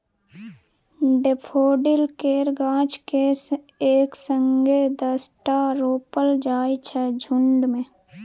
daffodil केर गाछ केँ एक संगे दसटा रोपल जाइ छै झुण्ड मे